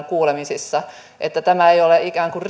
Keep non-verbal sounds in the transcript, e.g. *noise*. *unintelligible* kuulemisissa nimenomaan siihen että tämä ei ole ikään kuin *unintelligible*